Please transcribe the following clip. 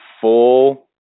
full